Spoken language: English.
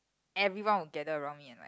everyone will gather around me and like